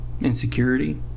insecurity